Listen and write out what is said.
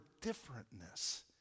differentness